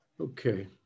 Okay